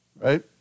Right